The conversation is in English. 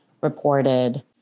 reported